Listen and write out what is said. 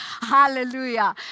Hallelujah